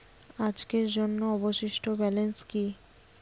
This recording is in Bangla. আজকের জন্য অবশিষ্ট ব্যালেন্স কি?